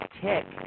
tick